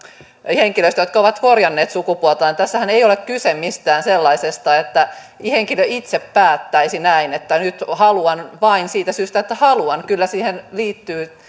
henkilöitä jotka ovat korjanneet sukupuoltaan tässähän ei ole kyse mistään sellaisesta että henkilö itse päättäisi näin että nyt haluan vain siitä syystä että haluan kyllä siihen liittyy